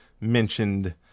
mentioned